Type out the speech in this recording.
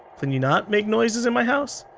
can you not make noises in my house?